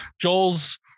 Joel's